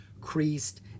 creased